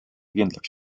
kindlaks